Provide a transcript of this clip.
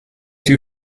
die